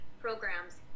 programs